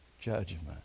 judgment